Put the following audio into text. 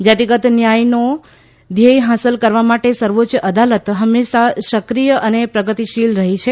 જાતિગત ન્યાયનો ધ્યેય હાંસલ કરવા માટે સર્વોચ્ય અદાલત હંમેશા સક્રીય અને પ્રગતીશીલ રહી છે